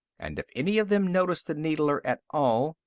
and if any of them noticed the needler at all,